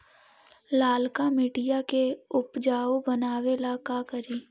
लालका मिट्टियां के उपजाऊ बनावे ला का करी?